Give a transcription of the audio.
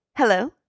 Hello